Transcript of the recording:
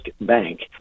bank